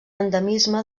endemisme